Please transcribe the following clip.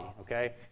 okay